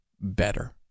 better